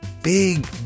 big